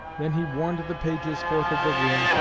then he warned the pages forth of the room,